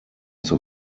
zur